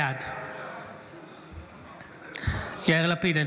בעד יאיר לפיד,